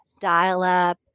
dial-up